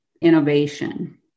innovation